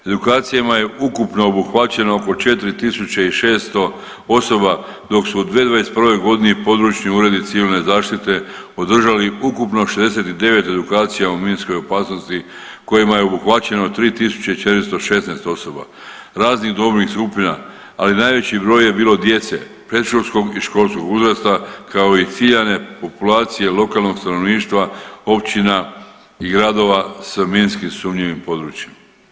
Edukacijama je ukupno obuhvaćeno oko 4600 osoba, dok su od 2021. godine područni uredi civilne zaštite održali ukupno 69 edukacija o minskoj opasnosti kojima je obuhvaćeno 3416 osoba raznih dobnih skupina ali najveći broj je bilo djece predškolskog i školskog uzrasta kao i ciljane populacije lokalnog stanovništva, općina i gradova s minski sumnjivim područjem.